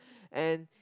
and